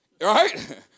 Right